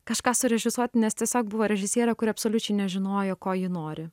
kažką surežisuoti nes tiesiog buvo režisierė kuri absoliučiai nežinojo ko ji nori